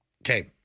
Okay